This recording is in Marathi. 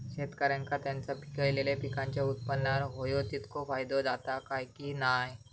शेतकऱ्यांका त्यांचा पिकयलेल्या पीकांच्या उत्पन्नार होयो तितको फायदो जाता काय की नाय?